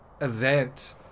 event